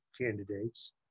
candidates